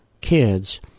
kids—